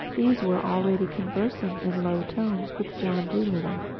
these were already conversing in low tones with john dolittle.